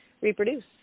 reproduce